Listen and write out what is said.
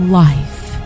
life